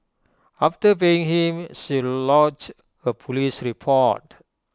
after paying him she lodged A Police report